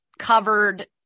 covered